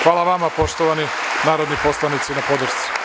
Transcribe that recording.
Hvala vama poštovani narodni poslanici na podršci.